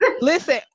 listen